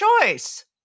choice